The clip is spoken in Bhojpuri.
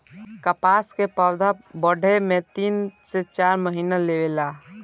कपास के पौधा बढ़े में तीन से चार महीना लेवे ला